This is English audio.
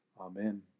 Amen